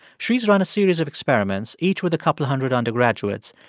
she's run a series of experiments, each with a couple hundred undergraduates,